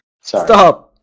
Stop